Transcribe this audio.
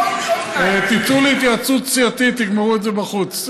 תצאו להתייעצות סיעתית, תגמרו את זה בחוץ.